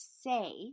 say